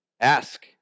ask